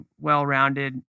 well-rounded